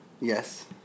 yes